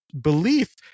belief